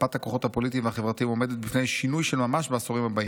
מפת הכוחות הפוליטיים והחברתיים עומדת בפני שינוי של ממש בעשורים הבאים.